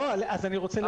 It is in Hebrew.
אני רוצה להבהיר.